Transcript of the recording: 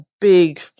big